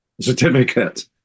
certificate